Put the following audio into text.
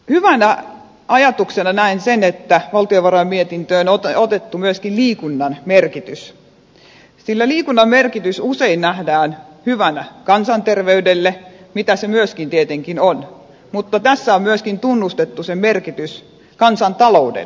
hyvänä ajatuksena näen sen että valtiovarainmietintöön on otettu myöskin liikunnan merkitys sillä liikunnan merkitys usein nähdään hyvänä kansanterveydelle mitä se myös tietenkin on mutta tässä on myöskin tunnustettu sen merkitys kansantaloudelle sitä kautta